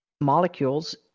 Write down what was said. molecules